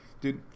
Dude